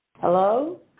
Hello